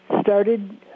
started